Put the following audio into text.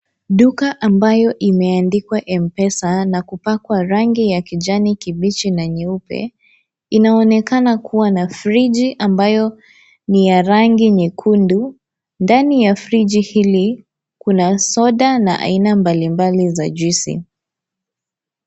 Duka ambayo imeandikwa Mpesa na kupakwa rangi ya kijani kibichi na nyeupe, inaonekana kuwa na friji ambayo ni ya rangi nyekundu. Ndani ya friji hili, kuna soda na aina mbalimbali za juisi.